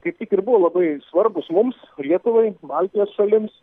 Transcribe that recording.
kaip tik ir buvo labai svarbūs mums lietuvai baltijos šalims